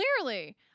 clearly